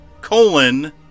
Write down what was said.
colon